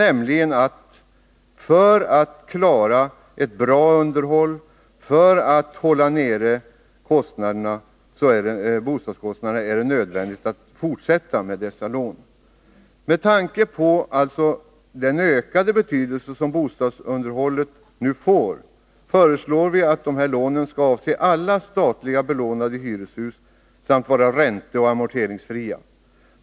För att vi skall klara ett bra underhåll och kunna hålla nere bostadskostnaderna är det nödvändigt att dessa lån ges även i fortsättningen. Med tanke på den ökade betydelse som bostadsunderhållet nu får föreslår vi att dessa lån skall avse alla statligt belånade hyreshus samt vara ränteoch amorteringsfria.